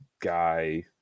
guy